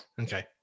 okay